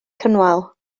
cynwal